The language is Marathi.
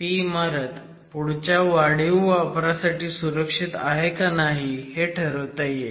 ती इमारत पुढच्या वाढीव वापरासाठी सुरक्षित आहे का नाही हे ठरवता येईल